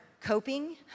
coping